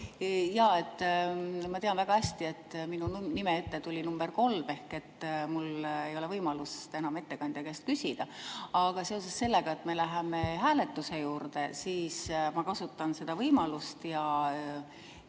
Jaa, ma tean väga hästi, et minu nime ette tuli nr 3 ehk et mul ei ole võimalust enam ettekandja käest küsida. Aga seoses sellega, et me läheme hääletuse juurde, ma kasutan seda võimalust ja